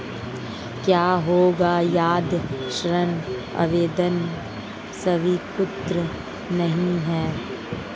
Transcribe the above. क्या होगा यदि ऋण आवेदन स्वीकृत नहीं है?